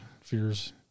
Fears